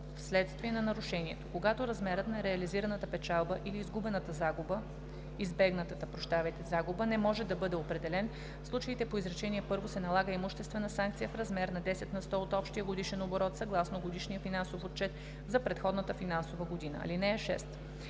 вследствие на нарушението. Когато размерът на реализираната печалба или избегнатата загуба не може да бъде определен, в случаите по изречение първо се налага имуществена санкция в размер до 10 на сто от общия годишен оборот съгласно годишния финансов отчет за предходната финансова година. (6)